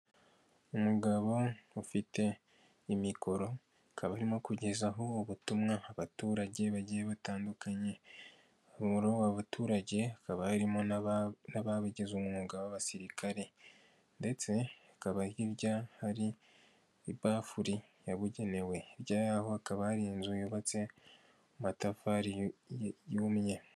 Umugabo ufite mikoro akaba arimo kugezaho ubutumwa abaturage bagiye batandukanye, muri abo baturage hakaba harimo n'ababigize umwuga w'abasirikare ndetse hakaba hirya hari ibafuri yabugenewe hirya yaho hakaba hari inzu yubatse mu matafari yumye.